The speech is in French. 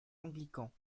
anglicans